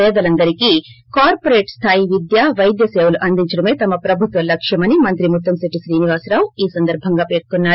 పేదలందరికీ కార్పోరేట్ స్లాయి విద్య పైద్య సేవలు అందించడమే తమ ప్రభుత్వ లక్ష్యమని మంత్రి ముత్తంశేట్టి శ్రీనివాస రావు ఈ సందర్బంగా పేర్కొన్నారు